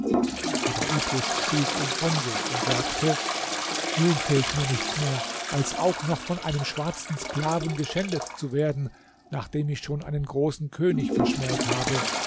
aber ibris stieß ihn von sich und sagte nun fehlt mir nichts mehr als auch noch von einem schwarzen sklaven geschändet zu werden nachdem ich schon einen großen könig verschmäht habe